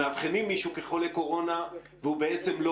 שמאבחנים מישהו כחולה קורונה והוא בצעם לא